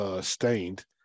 Stained